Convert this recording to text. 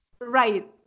Right